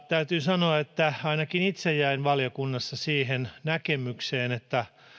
täytyy sanoa että ainakin itse jäin valiokunnassa siihen näkemykseen että